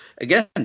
Again